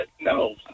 No